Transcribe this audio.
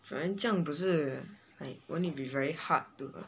but then 这样不是 like wouldn't it be very hard to uh